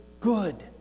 good